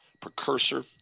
precursor